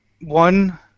one –